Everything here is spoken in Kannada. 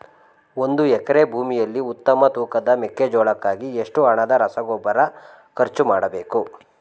ಒಂದು ಎಕರೆ ಭೂಮಿಯಲ್ಲಿ ಉತ್ತಮ ತೂಕದ ಮೆಕ್ಕೆಜೋಳಕ್ಕಾಗಿ ಎಷ್ಟು ಹಣದ ರಸಗೊಬ್ಬರ ಖರ್ಚು ಮಾಡಬೇಕು?